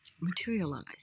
materialize